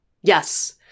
Yes